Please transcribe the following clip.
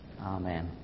Amen